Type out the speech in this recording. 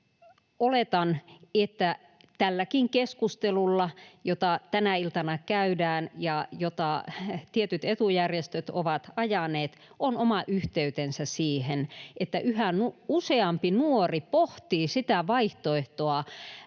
Oletan, että tälläkin keskustelulla, jota tänä iltana käydään ja jota tietyt etujärjestöt ovat ajaneet, on oma yhteytensä siihen, että yhä useampi nuori nuoruuden hämmennystä,